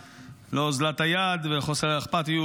לא אוזלת היד וחוסר האכפתיות.